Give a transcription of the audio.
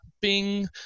bing